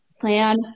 plan